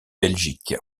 belgique